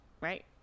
right